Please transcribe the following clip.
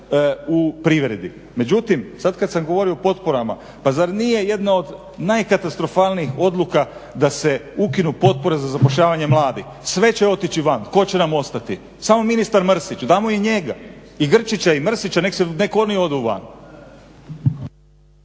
u privredi. Međutim, sada kada sam govorio o potporama. Pa zar nije jedna od najkatastrofalnijih odluka da se ukinu potpore za zapošljavanje mladih, sve će otići van, tko će nam ostati? Samo ministar Mrsić. Damo i njega. I Grčića i Mrsića, neka oni odu van.